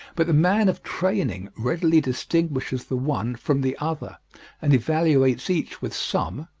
but the man of training readily distinguishes the one from the other and evaluates each with some,